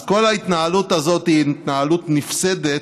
אז כל ההתנהלות הזאת היא התנהלות נפסדת,